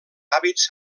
hàbits